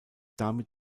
damit